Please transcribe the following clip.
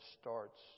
starts